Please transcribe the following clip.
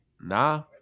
nah